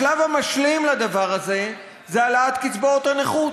השלב המשלים לדבר הזה זה העלאת קצבאות הנכות.